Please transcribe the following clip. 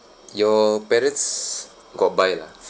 your parents got buy lah